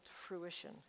fruition